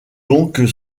donc